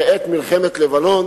ראה את מלחמת לבנון,